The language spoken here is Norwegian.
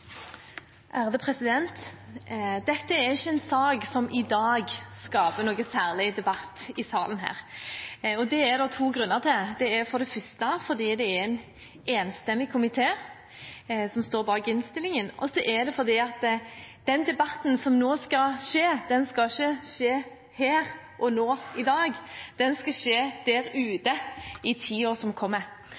Dette er ikke en sak som i dag skaper noen særlig debatt i denne salen. Det er av to grunner: for det første fordi en enstemmig komité står bak innstillingen, for det andre fordi denne debatten ikke skal foregå her og nå – i dag – men der ute i tiden som kommer.